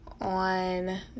on